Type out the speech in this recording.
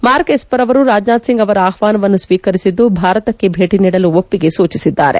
mark Esper ಅವರು ರಾಜನಾಥ್ಸಿಂಗ್ ಅವರ ಆಹ್ವಾನವನ್ನು ಸ್ವೀಕರಿಸಿದ್ದು ಭಾರತಕ್ಕೆ ಭೇಟಿ ನೀಡಲು ಒಪ್ಪಿಗೆ ಸೂಚಿಸಿದ್ದಾರೆ